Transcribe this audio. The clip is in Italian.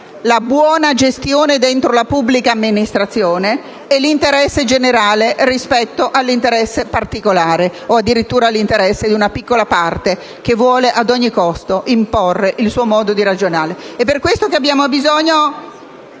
la buona gestione dentro la pubblica amministrazione e l'interesse generale rispetto all'interesse particolare o addirittura all'interesse di una piccola parte che vuole imporre ad ogni costo il suo modo di ragionare. È per questo che abbiamo bisogno